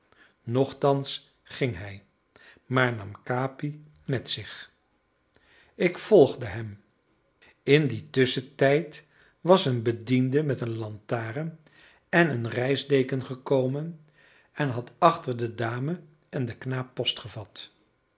nochtans ging hij maar nam capi met zich ik volgde hem in dien tusschentijd was een bediende met een lantaarn en een reisdeken gekomen en had achter de dame en den knaap